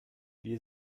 wir